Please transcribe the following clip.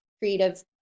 creative